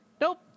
Nope